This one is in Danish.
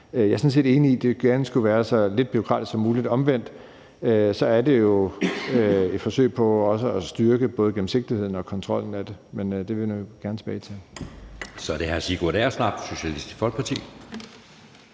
Jeg er sådan set enig i, at det gerne skulle være så lidt bureaukratisk som muligt. Omvendt er det jo et forsøg på også at styrke både gennemsigtigheden af og kontrollen med det, men det vender vi gerne tilbage til. Kl. 12:38 Anden næstformand (Jeppe